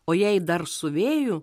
o jei dar su vėju